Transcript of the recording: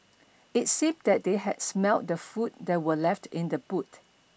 it seemed that they had smelt the food that were left in the boot